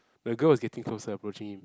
but the girl was getting closer approaching him